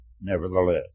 nevertheless